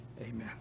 amen